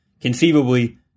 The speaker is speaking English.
conceivably